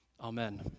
Amen